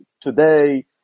today